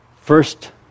first